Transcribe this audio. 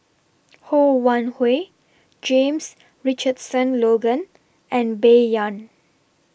Ho Wan Hui James Richardson Logan and Bai Yan